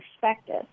perspective